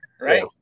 right